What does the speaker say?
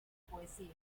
poesía